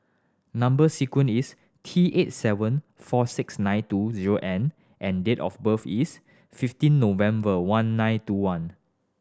number sequence is T eight seven four six nine two zero N and date of birth is fifteen November one nine two one